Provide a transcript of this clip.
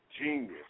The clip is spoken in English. genius